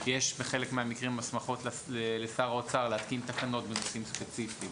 בחלק מהמקרים יש הסמכות לשר האוצר להתקין תקנות במקרים ספציפיים.